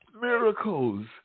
Miracles